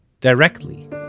directly